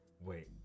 wait